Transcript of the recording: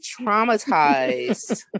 traumatized